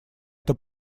это